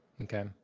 Okay